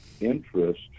interest